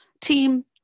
team